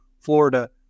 Florida